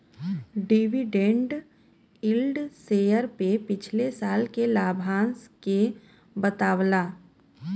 dividend yield share पे पिछले साल के लाभांश के बतावला